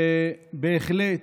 ובהחלט,